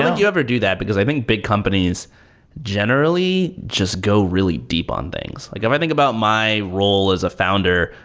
think you'll ever do that, because i think big companies generally just go really deep on things. like if i think about my role as a founder,